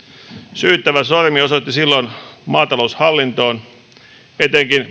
syyttävä sormi osoitti silloin maataloushallintoon etenkin